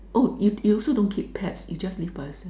oh you you also don't keep pets you just live by yourself